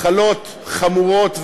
מחלות חמורות,